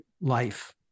life